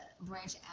branch